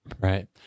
Right